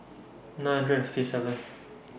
nine hundred and fifty seventh